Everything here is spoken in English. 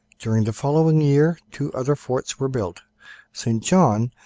during the following year two other forts were built st john,